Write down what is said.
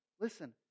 listen